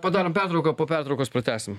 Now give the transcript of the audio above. padarom pertrauką po pertraukos pratęsim